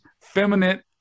feminine